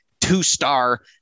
two-star